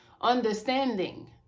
understanding